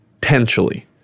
Potentially